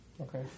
Okay